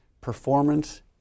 performance